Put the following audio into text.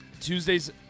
Tuesday's